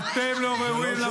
בנאום הבא אני אזכיר אותך.